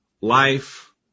life